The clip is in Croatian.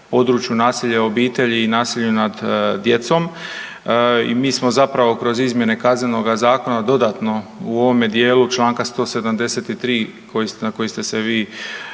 nasilja u obitelji i nasilju nad djecom i mi smo zapravo kroz izmjene Kaznenog zakona dodatno u ovom dijelu čl. 173 na koji ste se vi